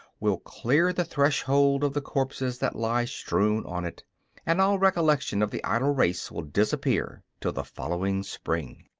will clear the threshold of the corpses that lie strewn on it and all recollection of the idle race will disappear till the following spring.